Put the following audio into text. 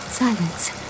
Silence